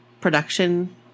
production